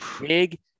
big